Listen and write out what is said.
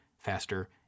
faster